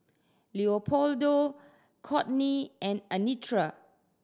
Leopoldo Kortney and Anitra